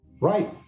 Right